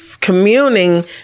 communing